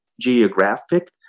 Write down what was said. geographic